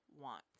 want